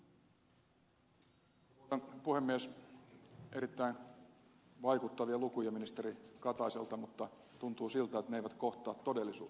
erittäin vaikuttavia lukuja ministeri kataiselta mutta tuntuu siltä että ne eivät kohtaa todellisuutta nämä luvut